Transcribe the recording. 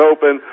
Open